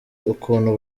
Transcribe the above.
ukuntu